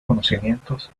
conocimientos